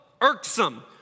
irksome